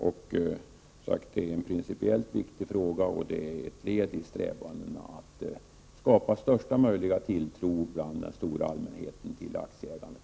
Det är som sagt en principiellt viktig fråga, och vårt förslag är ett led i strävandena att bland den stora allmänheten skapa största möjliga tilltro till aktieägandet.